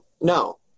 No